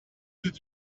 did